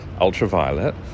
ultraviolet